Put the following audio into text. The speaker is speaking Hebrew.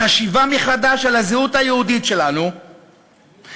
החשיבה מחדש על הזהות היהודית שלנו קשורה